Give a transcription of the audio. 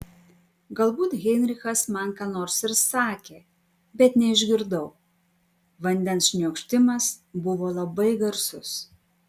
galbūt heinrichas man ką nors ir sakė bet neišgirdau vandens šniokštimas buvo labai garsus